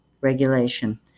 regulation